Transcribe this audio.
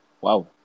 wow